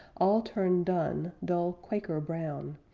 all turn dun, dull quaker-brown,